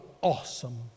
awesome